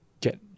get